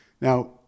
Now